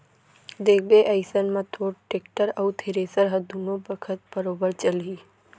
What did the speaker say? देखबे अइसन म तोर टेक्टर अउ थेरेसर ह दुनों बखत बरोबर चलही